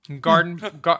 Garden